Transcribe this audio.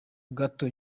gato